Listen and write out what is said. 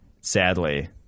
Sadly